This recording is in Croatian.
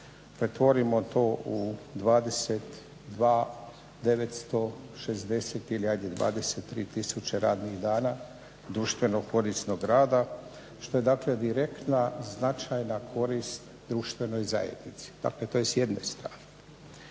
pretvorimo to u 22 960, ili ajde 23 tisuće radnih dana društveno korisnog rada što je dakle direktna značajna korist društvenoj zajednici. Dakle, to je s jedne strane.